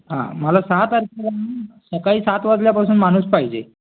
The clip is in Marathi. हां मला सहा तारखे सकाळी सात वाजल्यापासून माणूस पाहिजे